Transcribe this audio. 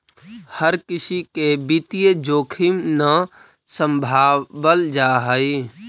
हर किसी से वित्तीय जोखिम न सम्भावल जा हई